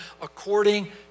according